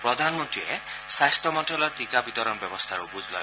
প্ৰধানমন্ত্ৰীয়ে স্বাস্থ্য মন্ত্ৰালয়ৰ টীকা বিতৰণ ব্যৱস্থাৰো বুজ লয়